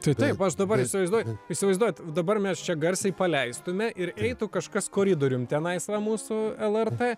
tai taip aš dabar įsivaizduoji įsivaizduojat dabar mes čia garsiai paleistume ir eitų kažkas koridorium tenais va mūsų lrt